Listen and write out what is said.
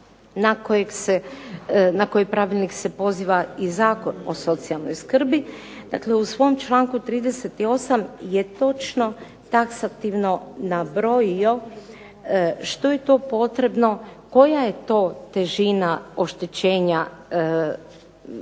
na koji pravilnik se poziva i Zakon o socijalnoj skrbi, dakle u svom članku 38. je točno taksativno nabrojio što je to potrebno, koja je to težina oštećenja potrebna